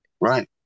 Right